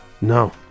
No